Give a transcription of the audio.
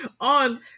on